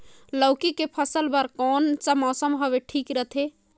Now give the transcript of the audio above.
लौकी के फसल बार कोन सा मौसम हवे ठीक रथे?